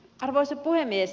arvoisa puhemies